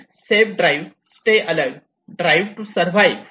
safe drive stay alive drive to survive weekend